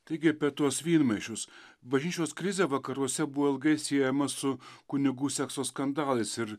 taigi apie tuos vynmaišius bažnyčios krizė vakaruose buvo ilgai siejama su kunigų sekso skandalais ir